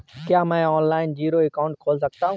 क्या मैं online zero account खोल सकता हूँ?